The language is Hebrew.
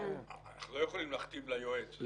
אנחנו לא יכולים להכתיב ליועץ.